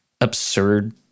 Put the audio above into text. absurd